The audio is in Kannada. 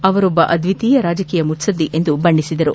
ಅವರೊಬ್ಬ ಅದ್ವಿತೀಯ ರಾಜಕೀಯ ಮುತ್ತದ್ದಿ ಎಂದು ಬಣ್ಣೆಸಿದರು